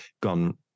gone